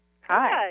Hi